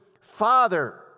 Father